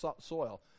soil